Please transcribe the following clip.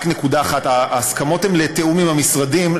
רק נקודה אחת: ההסכמות הן לתיאום עם המשרדים,